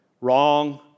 Wrong